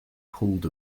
pulled